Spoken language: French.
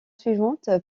suivante